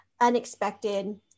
unexpected